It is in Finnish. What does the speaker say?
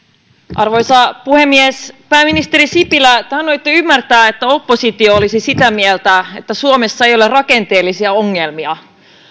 arvoisa puhemies pääministeri sipilä te annoitte ymmärtää että oppositio olisi sitä mieltä että suomessa ei ole rakenteellisia ongelmia